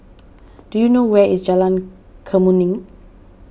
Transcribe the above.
do you know where is Jalan Kemuning